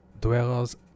Dwellers